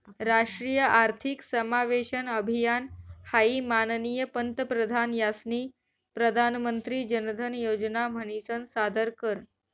राष्ट्रीय आर्थिक समावेशन अभियान हाई माननीय पंतप्रधान यास्नी प्रधानमंत्री जनधन योजना म्हनीसन सादर कर